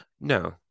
No